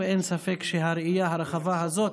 ואין ספק שהראייה הרחבה הזאת,